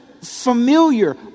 familiar